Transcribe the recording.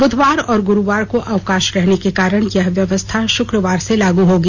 बुधवार और गुरुवार को अवकाश रहने के कारण यह व्यवस्था शुक्रवार से लागू होगी